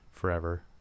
forever